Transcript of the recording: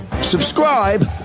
Subscribe